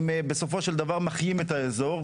בסופו של דבר הם מחיים את האזור,